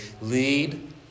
lead